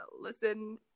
listen